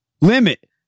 Limit